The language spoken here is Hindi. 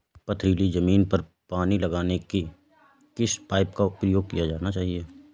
पथरीली ज़मीन पर पानी लगाने के किस पाइप का प्रयोग किया जाना चाहिए?